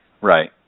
Right